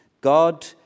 God